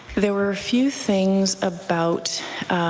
there were a few things about